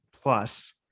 plus